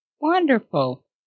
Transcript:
Wonderful